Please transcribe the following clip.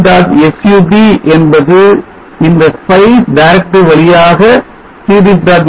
sub என்பது இந்த spice directive வழியாக series